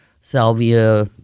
salvia